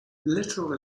little